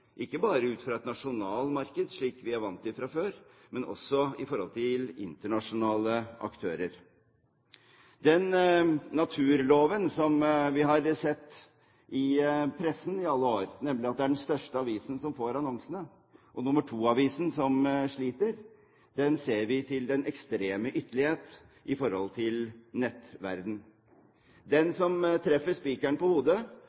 ikke bare ut fra et nasjonalt marked, slik vi er vant til fra før, men også i forhold til internasjonale aktører. Den naturloven som vi har sett i pressen i alle år, nemlig at det er den største avisen som får annonsene, og nummer to-avisen sliter, ser vi til den ekstreme ytterlighet i nettverdenen. Den som treffer spikeren på hodet,